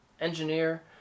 engineer